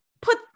put